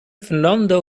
fernando